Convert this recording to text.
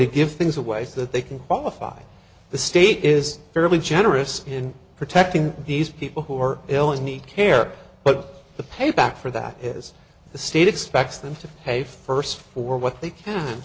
to give things away so that they can qualify the state is fairly generous in protecting these people who are ill and need care but the payback for that is the state expects them to pay first for what they can